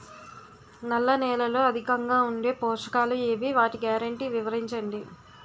నల్ల నేలలో అధికంగా ఉండే పోషకాలు ఏవి? వాటి గ్యారంటీ వివరించండి?